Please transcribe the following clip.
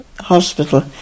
Hospital